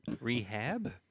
Rehab